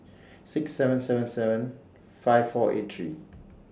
six seven seven seven five four eight three